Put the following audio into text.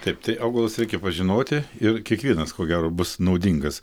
taip tai augalus reikia pažinoti ir kiekvienas ko gero bus naudingas